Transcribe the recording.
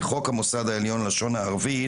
חוק המוסד העליון ללשון הערבית.